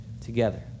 together